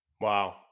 Wow